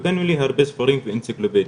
נתנו לי הרבה ספרים ואנציקלופדיות,